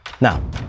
Now